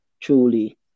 truly